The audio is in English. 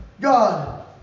God